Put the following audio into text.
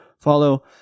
follow